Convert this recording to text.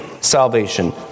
salvation